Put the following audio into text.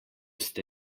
ste